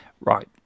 Right